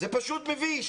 זה פשוט מביש.